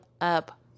up